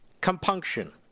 compunction